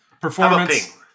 performance